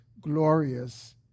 glorious